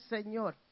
Señor